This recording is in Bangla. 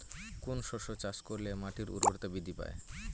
কোন শস্য চাষ করলে মাটির উর্বরতা বৃদ্ধি পায়?